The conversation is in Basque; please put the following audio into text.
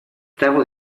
dago